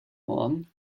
ohren